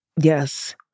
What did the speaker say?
Yes